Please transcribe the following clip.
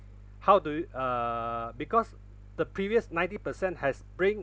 how do you uh because the previous ninety percent has bring